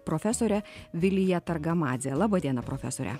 profesore vilija targamadze laba diena profesore